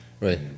Right